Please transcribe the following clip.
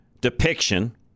depiction